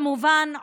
כמובן,